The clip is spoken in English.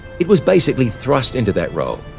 it was basically thrust into that role.